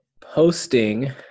posting